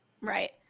Right